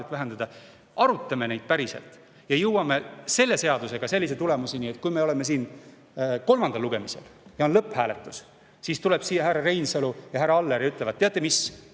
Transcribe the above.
vähendada. Arutame seda päriselt ja jõuame selle eelnõuga sellise tulemuseni, et kui me oleme siin kolmandal lugemisel ja on lõpphääletus, siis tulevad siia härra Reinsalu ja härra Aller ja ütlevad: "Teate mis,